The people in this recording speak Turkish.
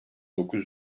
dokuz